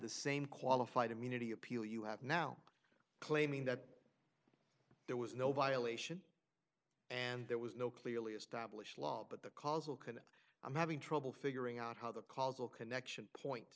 the same qualified immunity appeal you have now claiming that there was no violation and there was no clearly established law but the causal connection i'm having trouble figuring out how the causal connection point